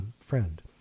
friend